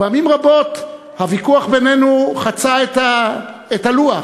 ופעמים רבות הוויכוח בינינו חצה את הלוח,